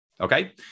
okay